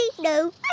no